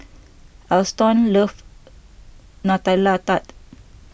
Alston loves Nutella Tart